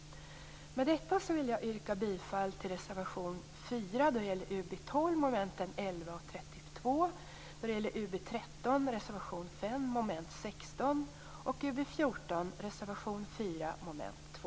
Med detta vill jag yrka bifall till reservation 4 under mom. 11 och 32 i UbU12, till reservation 5 under mom. 16 i UbU13 samt till reservation 4 under mom.